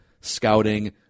scouting